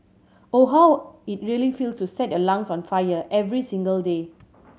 or how it really feels to set your lungs on fire every single day